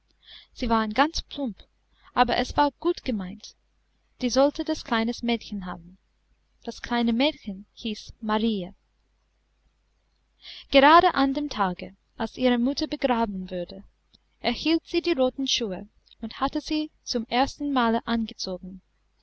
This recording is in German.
sie waren ganz plump aber es war gut gemeint die sollte das kleine mädchen haben das kleine mädchen hieß marie gerade an dem tage als ihre mutter begraben wurde erhielt sie die roten schuhe und hatte sie zum ersten male angezogen